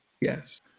Yes